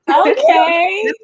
Okay